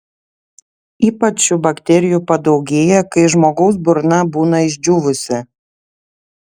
ypač šių bakterijų padaugėja kai žmogaus burna būna išdžiūvusi